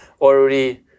already